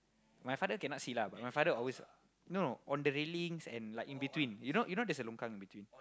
my father cannot see lah but you know my father always no no on the railings and like in between you know you know there's a longkang in between